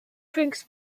drinks